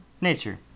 nature